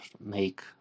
make